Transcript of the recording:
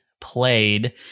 played